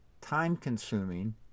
time-consuming